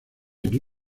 aquí